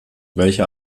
welche